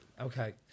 Okay